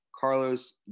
Carlos